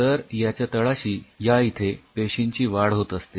तर याच्या तळाशी या इथे पेशींची वाढ होत असते